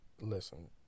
listen